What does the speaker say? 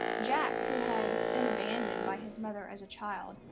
jack, who had been abandoned by his mother as a child,